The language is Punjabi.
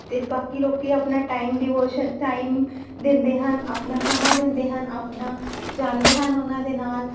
ਤੇ ਬਾਕੀ ਲੋਕੀ ਆਪਣਾ ਟਾਈਮ ਡਿਵੋਸ਼ਨ ਟਾਈਮ ਦਿੰਦੇ ਹਨ ਆਪਣਾ ਸਮਾਂ ਦਿੰਦੇ ਹਨ ਆਪਣਾ ਜਾਣਦੇ ਹਨ ਉਹਨਾਂ ਦੇ ਨਾਲ